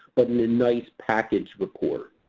but in a nice package report.